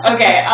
Okay